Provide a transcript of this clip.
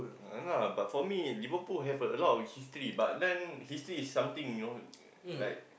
uh yeah lah but for me Liverpool has a lot of history but then history is something you know like